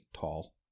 tall